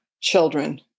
children